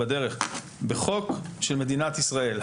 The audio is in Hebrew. בחוק של מדינת ישראל,